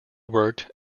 worked